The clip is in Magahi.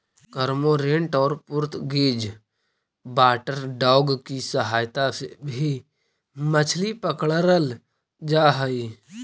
कर्मोंरेंट और पुर्तगीज वाटरडॉग की सहायता से भी मछली पकड़रल जा हई